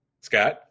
Scott